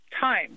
time